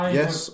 yes